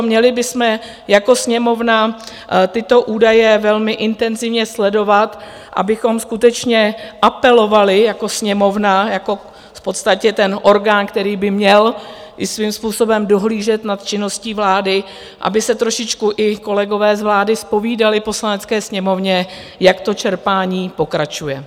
Měli bychom jako Sněmovna tyto údaje velmi intenzivně sledovat, abychom skutečně apelovali jako Sněmovna, jako v podstatě ten orgán, který by měl i svým způsobem dohlížet nad činností vlády, aby se trošičku i kolegové z vlády zpovídali Poslanecké sněmovně, jak to čerpání pokračuje.